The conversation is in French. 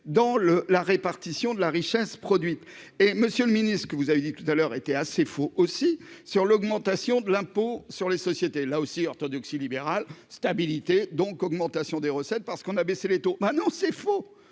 dans le la répartition de la richesse produite et Monsieur le Ministre, que vous avez dit tout à l'heure était assez faut aussi sur l'augmentation de l'impôt sur les sociétés, là aussi, orthodoxie libérale stabilité donc augmentation des recettes parce qu'on a baissé les taux maintenant non, c'est faux,